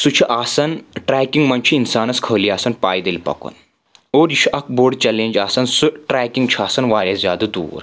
سُہ چھُ آسان ٹریکنگ منٛز چھُ اِنسانس خٲلی آسان پایدٕلۍ پکُن اور یہِ چھُ اَکھ بوٚڈ چیلنج آسان سُہ ٹریکنگ چُھ آسان واریاہ زیادٕ دوٗر